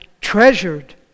treasured